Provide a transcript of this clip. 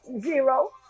Zero